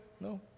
No